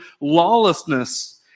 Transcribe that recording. lawlessness